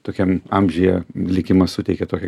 tokiam amžiuje likimas suteikė tokią